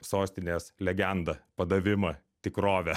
sostinės legendą padavimą tikrovę